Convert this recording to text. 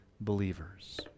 believers